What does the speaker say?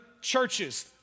churches